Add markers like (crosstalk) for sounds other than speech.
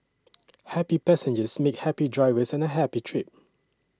(noise) happy passengers make happy drivers and a happy trip